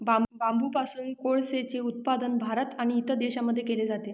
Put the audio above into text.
बांबूपासून कोळसेचे उत्पादन भारत आणि इतर देशांमध्ये केले जाते